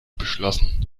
beschlossen